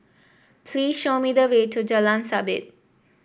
please show me the way to Jalan Sabit